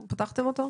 פתחתם אותו?